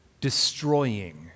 destroying